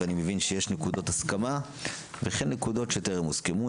ואני מבין שיש נקודות הסכמה וכן נקודות שטרם הוסכמו.